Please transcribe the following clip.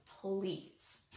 please